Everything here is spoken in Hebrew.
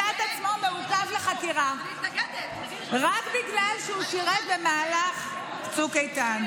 מצא את עצמו מעוכב לחקירה רק בגלל שהוא שירת במהלך צוק איתן.